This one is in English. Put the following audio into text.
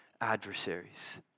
adversaries